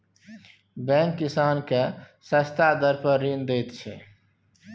bank किसान केँ सस्ता दर पर ऋण दैत छै